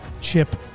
Chip